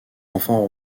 enfants